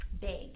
Big